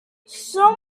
some